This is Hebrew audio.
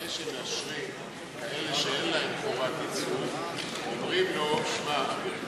שמאשרים כאלה שאין להם חובת ייצוג ואומרים לו: שמע,